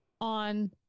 on